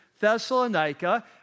Thessalonica